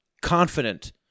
confident